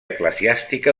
eclesiàstica